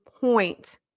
point